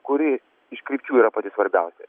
kuri iš krypčių yra pati svarbiausia